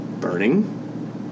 burning